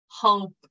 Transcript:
hope